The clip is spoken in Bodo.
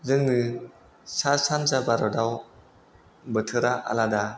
जोंनि सा सानजा भारताव बोथोरा आलादा